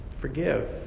Forgive